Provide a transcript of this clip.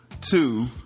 two